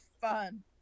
fun